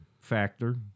factor